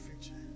future